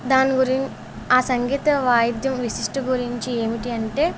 దాని గురిన్ ఆ సంగీత వాయిద్యం విశిష్ట గురించి ఏమిటి అంటే